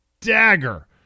Dagger